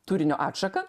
turinio atšaką